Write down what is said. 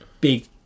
big